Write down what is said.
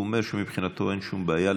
הוא אומר שמבחינתו אין שום בעיה.